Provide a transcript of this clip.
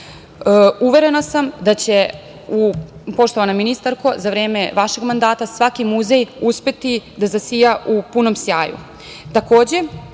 sam poštovana ministarko, da će za vreme vašeg mandata svaki muzej uspeti da zasija u punom sjaju.